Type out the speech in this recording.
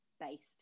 based